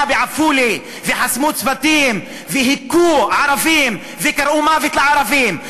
בעפולה וחסמו צמתים והכו ערבים וקראו "מוות לערבים".